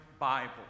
Bible